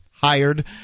hired